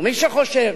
ומי שחושב